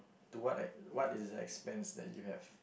to what like what is the expense that you have